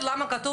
אני אפנה אתכם.